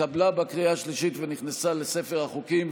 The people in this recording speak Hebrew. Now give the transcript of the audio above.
התקבלה בקריאה שלישית ונכנסה לספר החוקים.